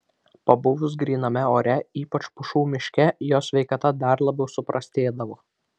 pabuvus gryname ore ypač pušų miške jo sveikata dar labiau suprastėdavo